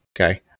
okay